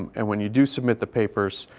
and when you do submit the papers,